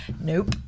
Nope